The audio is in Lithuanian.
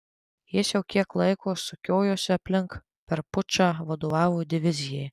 jis jau kiek laiko sukiojosi aplink per pučą vadovavo divizijai